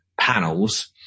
panels